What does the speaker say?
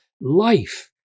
life